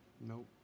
Nope